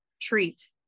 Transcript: treat